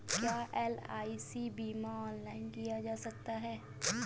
क्या एल.आई.सी बीमा ऑनलाइन किया जा सकता है?